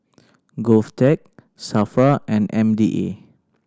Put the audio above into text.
GovTech SAFRA and M D A